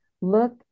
look